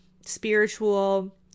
spiritual